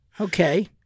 okay